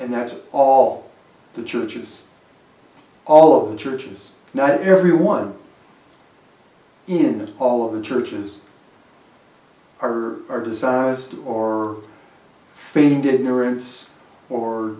and that's all the churches all of the churches not everyone in all of the churches are or dishonest or